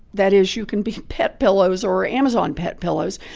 that is, you can be pet pillows or amazon pet pillows,